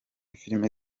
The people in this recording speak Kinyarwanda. filime